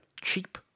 cheap